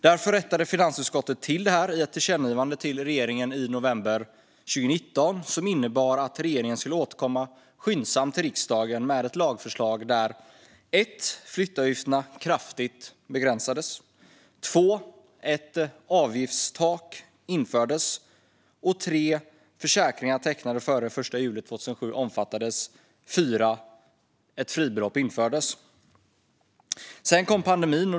Därför rättade finansutskottet till det här i ett tillkännagivande till regeringen i november 2019 som innebar att regeringen skulle återkomma skyndsamt till riksdagen med ett lagförslag där flyttavgifterna kraftigt begränsades ett avgiftstak infördes försäkringar tecknade före den 1 juli 2007 omfattades och ett fribelopp infördes. Sedan kom pandemin.